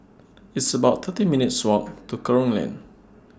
It's about thirty minutes' Walk to Kerong Lane